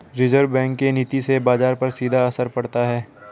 reserve bank के नीति से बाजार पर सीधा असर पड़ता है